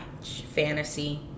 fantasy